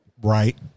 Right